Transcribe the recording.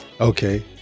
Okay